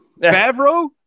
Favreau